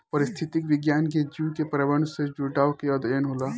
पारिस्थितिक विज्ञान में जीव के पर्यावरण से जुड़ाव के अध्ययन होला